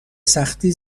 سختی